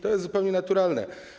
To jest zupełnie naturalne.